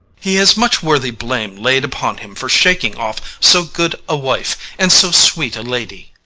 he has much worthy blame laid upon him for shaking off so good a wife and so sweet a lady.